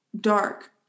dark